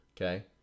Okay